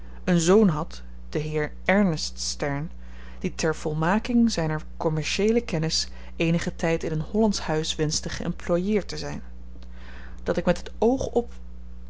een zoon had den heer ernest stern die ter volmaking zyner kommercieele kennis eenigen tyd in een hollandsch huis wenschte geëmploieerd te zyn dat ik met het oog op